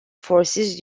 forces